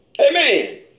Amen